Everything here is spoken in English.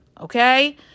okay